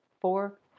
four